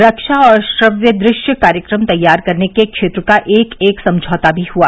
रक्षा और श्रव्य दृश्य कार्यक्रम तैयार करने के क्षेत्र का एक एक समझौता भी हुआ